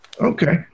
Okay